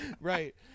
Right